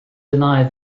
deny